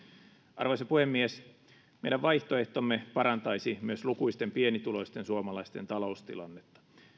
arvoisa puhemies meidän vaihtoehtomme parantaisi myös lukuisten pienituloisten suomalaisten taloustilannetta